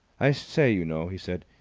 i say, you know, he said,